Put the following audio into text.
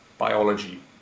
biology